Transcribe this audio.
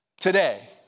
today